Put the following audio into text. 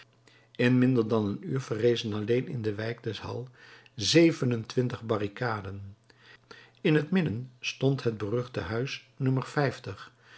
in minder dan een uur verrezen alleen in de wijk des halles zeven-en-twintig barricaden in het midden stond het beruchte huis no